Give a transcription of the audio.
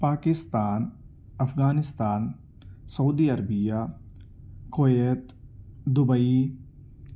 Pakistan Afghanistan Saudi Arabia Kuwait Dubai